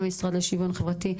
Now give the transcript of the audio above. למשרד לשוויון חברתי.